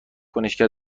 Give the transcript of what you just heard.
کنشگر